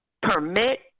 permit